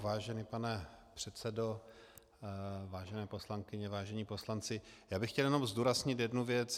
Vážený pane předsedo, vážené poslankyně, vážení poslanci, chtěl bych jenom zdůraznit jednu věc.